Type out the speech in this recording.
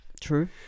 True